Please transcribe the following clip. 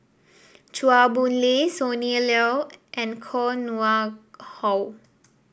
Chua Boon Lay Sonny Liew and Koh Nguang How